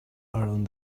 around